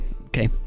okay